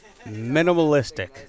minimalistic